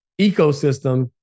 ecosystem